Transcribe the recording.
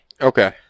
okay